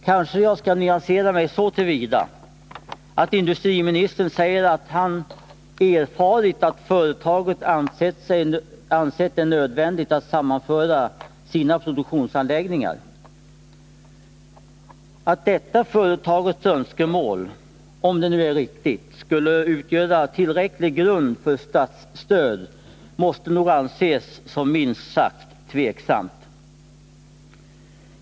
Kanske jag skall nyansera mig så till vida att industriministern säger att han har ”erfarit att företaget ansett det nödvändigt att sammanföra sina produktionsanläggningar”. Att detta företagets önskemål — om det nu är rikigt — skulle utgöra tillräcklig grund för statsstöd måste nog anses minst sagt tvivelaktigt.